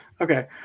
Okay